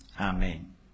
Amen